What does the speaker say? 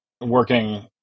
working